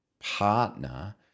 partner